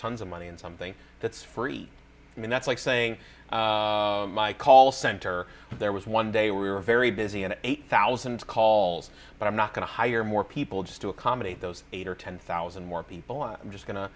tons of money in something that's free i mean that's like saying my call center there was one day we were very busy an eight thousand calls but i'm not going to hire more people just to accommodate those eight or ten thousand more people i'm just go